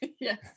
yes